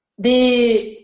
the,